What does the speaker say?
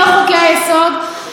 לא חוקי-היסוד,